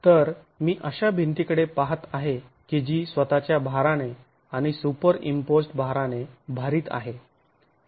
तर मी अशा भिंतीकडे पाहत आहे की जी स्वतःच्या भाराने आणि सुपरइंम्पोज्ड भाराने भारित आहे